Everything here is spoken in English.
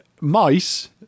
mice